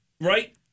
Right